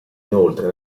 inoltre